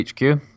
HQ